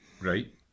Right